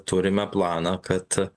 turime planą kad